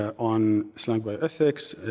on islamic bioethics,